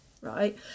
right